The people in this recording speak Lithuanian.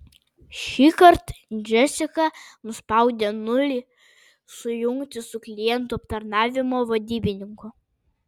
šįkart džesika nuspaudė nulį sujungti su klientų aptarnavimo vadybininku